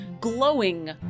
glowing